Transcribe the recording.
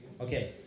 Okay